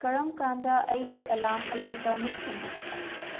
ꯀꯔꯝꯀꯥꯟꯗ ꯑꯩꯒꯤ ꯑꯦꯂꯥꯝ ꯑꯌꯨꯛꯇ ꯃꯨꯠꯈꯤꯒꯦ